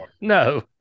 No